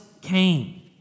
came